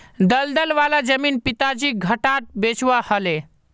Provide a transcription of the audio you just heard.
दलदल वाला जमीन पिताजीक घटाट बेचवा ह ले